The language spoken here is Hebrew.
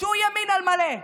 שהוא ימין על מלא.